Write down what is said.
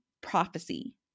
prophecy